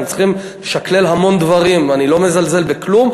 אנחנו צריכים לשקלל המון דברים ואני לא מזלזל בכלום,